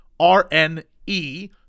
R-N-E